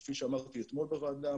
כפי שאמרתי אתמול בוועדה,